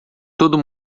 todo